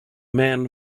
man